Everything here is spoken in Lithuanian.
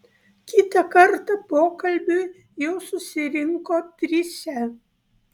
kitą kartą pokalbiui jau susirinko trise